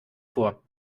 vor